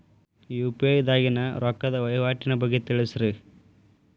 UPI ದಾಗಿನ ರೊಕ್ಕದ ವಹಿವಾಟಿನ ಬಗ್ಗೆ ತಿಳಸ್ರಿ